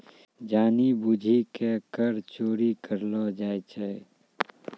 जानि बुझि के कर चोरी करलो जाय छै